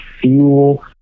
fuel